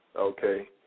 okay